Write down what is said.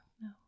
no